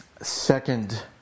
second